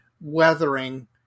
weathering